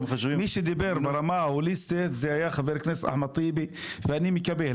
מי שדיבר ברמה ההוליסטית זה היה חבר הכנסת אחמד טיבי ואני מקבל,